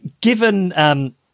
Given